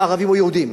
ערבים או יהודים.